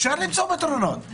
אפשר למצוא פתרונות.